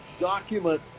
document